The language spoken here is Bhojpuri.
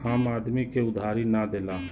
आम आदमी के उधारी ना देला